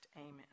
amen